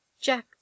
jack